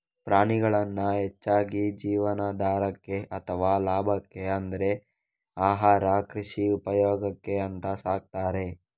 ಪ್ರಾಣಿಗಳನ್ನ ಹೆಚ್ಚಾಗಿ ಜೀವನಾಧಾರಕ್ಕೆ ಅಥವಾ ಲಾಭಕ್ಕೆ ಅಂದ್ರೆ ಆಹಾರ, ಕೃಷಿ ಉಪಯೋಗಕ್ಕೆ ಅಂತ ಸಾಕ್ತಾರೆ